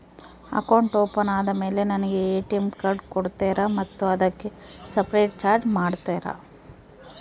Account open ಆದಮೇಲೆ ನನಗೆ ATM card ಕೊಡ್ತೇರಾ ಮತ್ತು ಅದಕ್ಕೆ ಸಪರೇಟ್ ಚಾರ್ಜ್ ಮಾಡ್ತೇರಾ?